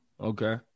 Okay